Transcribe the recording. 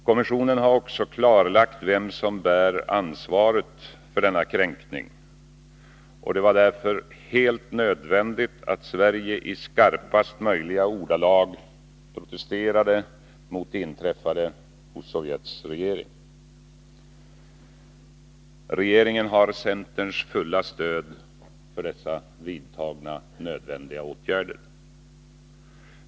Kommissionen har också klarlagt vem som bär ansvaret för denna kränkning, och det var därför helt nödvändigt att Sverige i skarpaste möjliga ordalag protesterade mot det inträffade hos Sovjets regering. Regeringen har centerns fulla stöd för dessa vidtagna nödvändiga åtgärder.